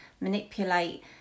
manipulate